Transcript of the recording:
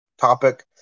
topic